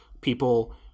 people